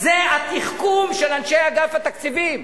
זה התחכום של אנשי אגף התקציבים.